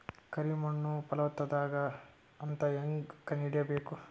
ಕರಿ ಮಣ್ಣು ಫಲವತ್ತಾಗದ ಅಂತ ಹೇಂಗ ಕಂಡುಹಿಡಿಬೇಕು?